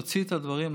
להוציא את הדברים,